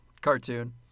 Cartoon